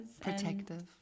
protective